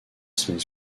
semaine